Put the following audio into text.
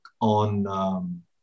on